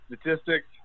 statistics